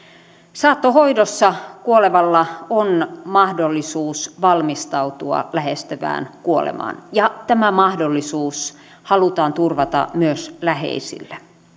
saattohoidossa kuolevalla on mahdollisuus valmistautua lähestyvään kuolemaan ja tämä mahdollisuus halutaan turvata myös läheisille